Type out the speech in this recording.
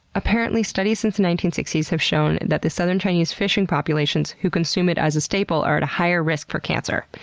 apparently, studies since the nineteen sixty s have shown that the southern chinese fishing populations who consume it as a staple are at a higher risk for cancer.